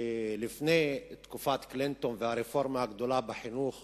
שלפני תקופת קלינטון והרפורמה הגדולה בחינוך